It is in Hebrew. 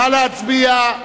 נא להצביע,